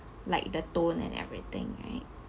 like the tone and everything right